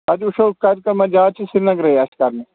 تَتہِ وٕچھو کَتہِ کمن جاین چھِ سرینگرَے اَسہِ کَرنہِ